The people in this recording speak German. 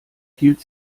hielt